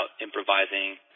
improvising